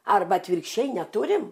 arba atvirkščiai neturim